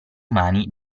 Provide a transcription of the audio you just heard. umani